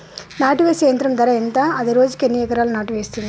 నాటు వేసే యంత్రం ధర ఎంత? అది రోజుకు ఎన్ని ఎకరాలు నాటు వేస్తుంది?